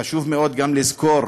חשוב מאוד גם לזכור,